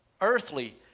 earthly